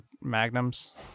Magnums